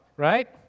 right